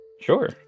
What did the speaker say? Sure